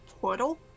portal